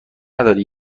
نداری